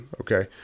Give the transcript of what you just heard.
okay